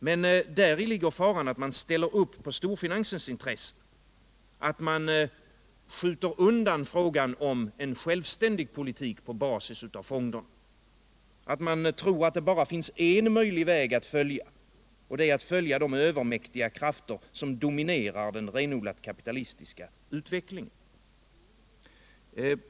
Men där ligger faran att man ställer upp på storfinansens intressen, att man skjuter undan frågan om en självständig politik på basis av fonderna, att man tror att det bara finns en möjlig väg att följa, nämligen att följa de övermäktiga krafter som dominerar den renodlade kapitalistiska utvecklingen.